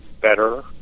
better